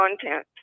content